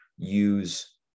use